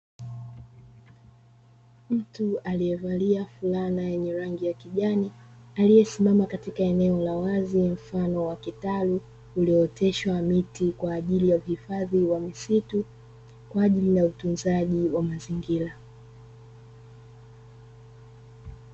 Mtu aliyevalia fulana ya rangi yenye kijani ,aliesimama katika eneo la wazi mfano wa kitalu ulooteshwa miti kwa ajili ya uhifadhi wa misitu kwa ajili ya utunzaji wa mazingira.